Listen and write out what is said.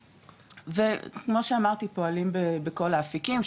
וכמו שאמרתי פועלים בכל האפיקים,